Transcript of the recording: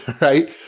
right